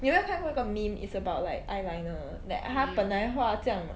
你有没有看过一个 meme it's about like eyeliner like 她本来是画这样